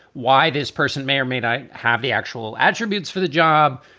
why this person may or may not have the actual attributes for the job.